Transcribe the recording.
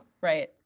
right